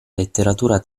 letteratura